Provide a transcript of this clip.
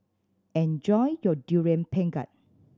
enjoy your Durian Pengat